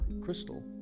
Crystal